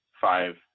five